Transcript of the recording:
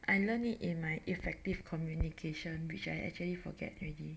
I learned it in my effective communication which I actually forget already